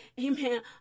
amen